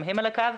גם הם על הקו,